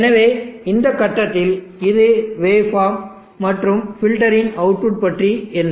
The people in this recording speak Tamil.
எனவே இந்த கட்டத்தில் இது வேவ் ஃபார்ம் மற்றும் பில்டரின் அவுட்புட் பற்றி என்ன